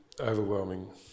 overwhelming